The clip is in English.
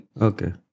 Okay